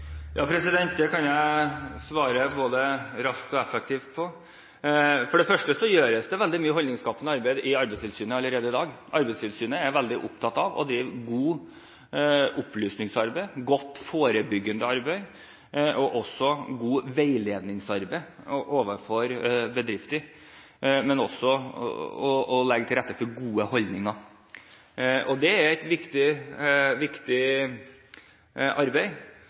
For det første gjøres det veldig mye holdningsskapende arbeid i Arbeidstilsynet allerede i dag. Arbeidstilsynet er veldig opptatt av å drive godt opplysningsarbeid, godt forebyggende arbeid og godt veiledningsarbeid overfor bedrifter, men også av å legge til rette for gode holdninger. Det er et viktig arbeid og kanskje like viktig